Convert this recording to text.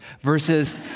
versus